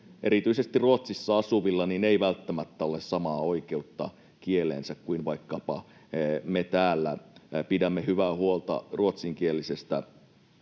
erityisesti Ruotsissa asuvilla, ei välttämättä ole samaa oikeutta kieleensä kuin se, miten vaikkapa me täällä pidämme hyvää huolta ruotsinkielisestä